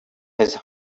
his